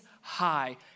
high